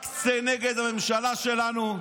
רק צא נגד הממשלה שלנו,